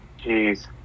Jeez